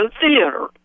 Theater